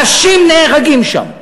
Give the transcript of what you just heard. אנשים נהרגים שם.